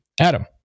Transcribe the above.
Adam